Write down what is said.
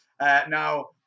Now